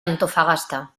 antofagasta